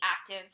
active